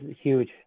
huge